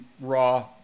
raw